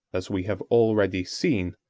as we have already seen,